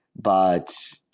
but,